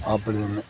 அப்படின்னு